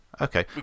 Okay